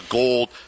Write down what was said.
gold